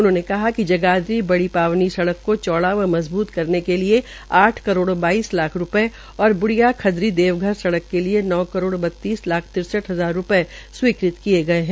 उन्होंने बतायाकि जगाधरी बड़ी पावनी सड़क को चौड़ा व मजबूत करने के लिए आठ करोड़ बाईस लाख रूपये और ब्डिया खदरी देवघर सड़क के लिए नौ करोड़ बत्तीस लाख तिरेसठ हजार रूपये स्वीकृत किये गये है